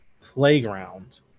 playground